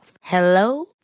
Hello